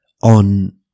on